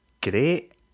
great